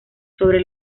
sobre